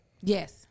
Yes